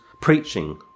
preaching